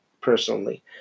personally